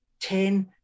ten